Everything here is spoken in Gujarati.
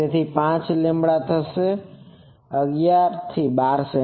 તેથી 5λ થશે 11 12 સે